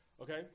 okay